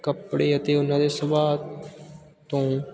ਕੱਪੜੇ ਅਤੇ ਉਹਨਾਂ ਦੇ ਸੁਭਾਅ ਤੋਂ